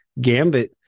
gambit